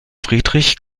friedrich